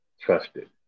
trusted